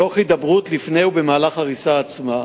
תוך הידברות לפני ובמהלך ההריסה עצמה.